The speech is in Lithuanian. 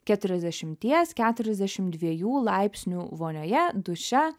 keturiasdešimties keturiasdešim dviejų laipsnių vonioje duše